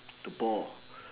the boar